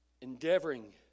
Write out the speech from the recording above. Endeavoring